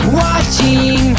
watching